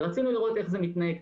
רצינו לראות איך זה מתנהג,